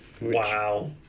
Wow